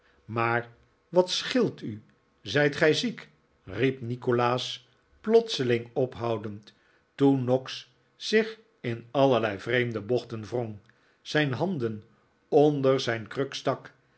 maar wat scheelt u zijt gij ziek riep nikolaas plotseling ophoudend toen noggs zich in allerlei vreemde bochten wrong zijn handen onder zijn kruk stak